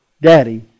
daddy